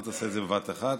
אל תעשה את זה בבת אחת.